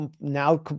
now